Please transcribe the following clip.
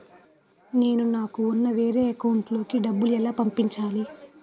నేను నాకు ఉన్న వేరే అకౌంట్ లో కి డబ్బులు ఎలా పంపించాలి?